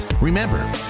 Remember